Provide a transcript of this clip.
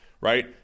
right